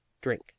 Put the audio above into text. drink